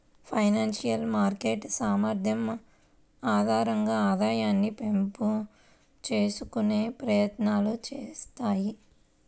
financial market సామర్థ్యం ఆధారంగా ఆదాయాన్ని పెంపు చేసుకునే ప్రయత్నాలు చేత్తాయి